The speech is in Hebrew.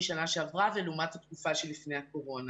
שנה שעברה ולעומת התקופה שלפני הקורונה.